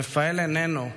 רפאל איננו,